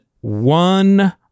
one